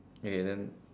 okay then